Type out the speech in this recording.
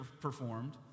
performed